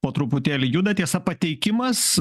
po truputėlį juda tiesa pateikimas